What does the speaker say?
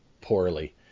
poorly